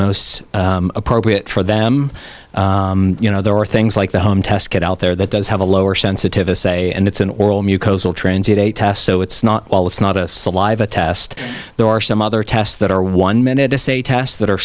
most appropriate for them you know there are things like the home test kit out there that does have a lower sensitive a say and it's an oral mucosal transit a test so it's not all it's not a saliva test there are some other tests that are one minute to say test that are